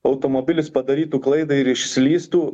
automobilis padarytų klaidą ir išslystų